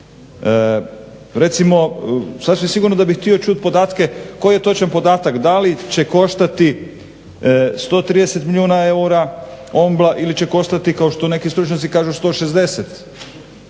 Recimo sasvim sigurno da bih htio čuti podatke koji je točan podatak da li će koštati 130 milijuna eura Ombla ili će koštati kao što neki stručnjaci kažu 160.